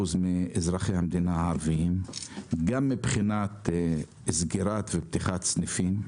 מאזרחי המדינה הערביים גם מבחינת סגירה ופתיחה של סניפים.